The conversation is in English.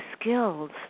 skills